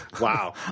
Wow